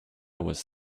was